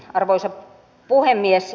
arvoisa puhemies